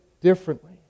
differently